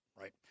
Right